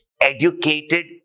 educated